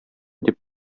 дип